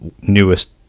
newest